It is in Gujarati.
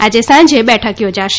આજે સાંજે બેઠક યોજાશે